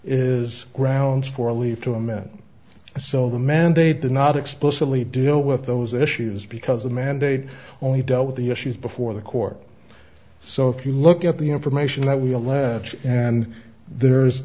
is grounds for leave to amend and so the mandate did not explicitly deal with those issues because the mandate only dealt with the issues before the court so if you look at the information that we have left and there's